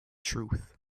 truth